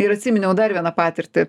ir atsiminiau dar vieną patirtį